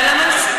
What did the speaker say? מהלמ"ס.